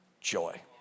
joy